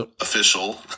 official